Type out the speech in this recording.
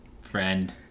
friend